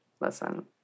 Listen